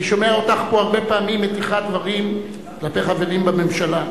אני שומע אותך פה הרבה פעמים מטיחה דברים כלפי חברים בממשלה.